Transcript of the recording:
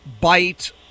bite